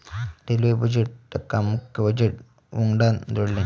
railway बजेटका मुख्य budget वंगडान जोडल्यानी